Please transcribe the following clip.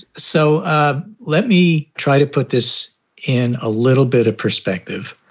so let me try to put this in a little bit of perspective.